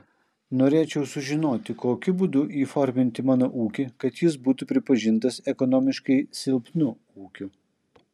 norėčiau sužinoti kokiu būdu įforminti mano ūkį kad jis būtų pripažintas ekonomiškai silpnu ūkiu